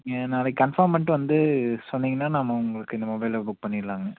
நாளைக்கு கன்ஃபர்ம் பண்ணிட்டு வந்து சொன்னிங்கன்னால் நாம் உங்களுக்கு இந்த மொபைலை புக் பண்ணிடலாங்க